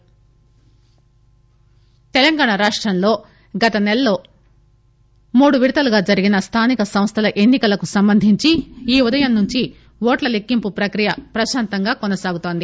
counting Telangana రాష్టంలో గతనెలలో మూడు విడతలుగా జరిగిన స్తానిక సంస్వల ఎన్ని కలకు సంబంధించి ఈ ఉదయం నుంచి ఓట్ల లెక్కింపు ప్రక్రియ ప్రశాంతంగా కొనసాగుతోంది